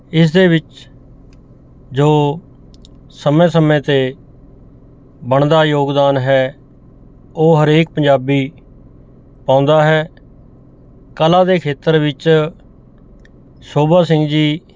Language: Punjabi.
ਇਸ ਦੇ ਵਿੱਚ ਜੋ ਸਮੇਂ ਸਮੇਂ 'ਤੇ ਬਣਦਾ ਯੋਗਦਾਨ ਹੈ ਉਹ ਹਰੇਕ ਪੰਜਾਬੀ ਪਾਉਂਦਾ ਹੈ ਕਲਾ ਦੇ ਖੇਤਰ ਵਿੱਚ ਸੋਭਾ ਸਿੰਘ ਜੀ